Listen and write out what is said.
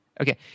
Okay